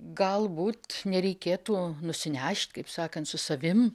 galbūt nereikėtų nusinešt kaip sakant su savim